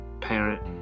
parent